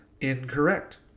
Incorrect